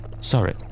Sorry